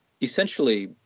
essentially